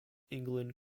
england